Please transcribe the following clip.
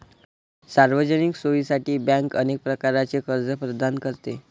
सार्वजनिक सोयीसाठी बँक अनेक प्रकारचे कर्ज प्रदान करते